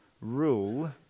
rule